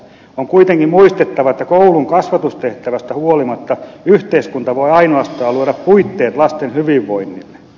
on kuitenkin muistettava että koulun kasvatustehtävästä huolimatta yhteiskunta voi ainoastaan luoda puitteet lasten hyvinvoinnille